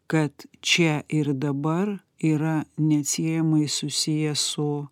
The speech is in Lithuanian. kad čia ir dabar yra neatsiejamai susiję su